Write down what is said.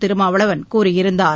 திருமாவளவன் கூறியிருந்தார்